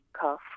cough